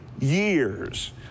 years